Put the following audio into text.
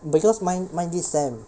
because mine mine this sem